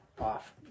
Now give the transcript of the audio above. off